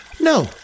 No